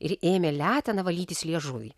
ir ėmė letena valytis liežuvį